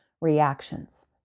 reactions